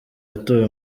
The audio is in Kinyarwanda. yatowe